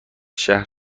شهر